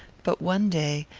but one day,